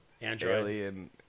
android